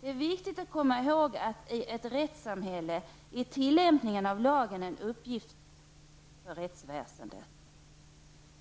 ''Det är viktigt att komma ihåg att i ett rättssamhälle är tillämpningen av lagen en uppgift för rättsväsendet.